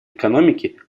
экономики